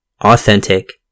authentic